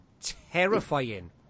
terrifying